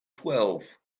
twelve